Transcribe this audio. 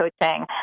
coaching